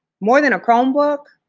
more than a chromebook,